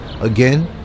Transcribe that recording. Again